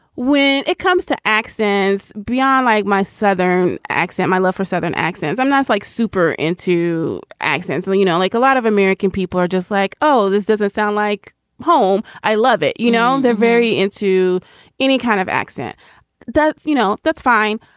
when it comes to accents beyond like my southern accent, my love for southern accent, i'm not like super into accents. well, you know, like a lot of american people are just like, oh, this doesn't sound like home. i love it. you know, they're very into any kind of accent that's you know, that's fine.